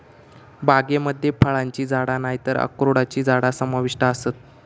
बागेमध्ये फळांची झाडा नायतर अक्रोडची झाडा समाविष्ट आसत